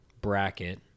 bracket